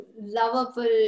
lovable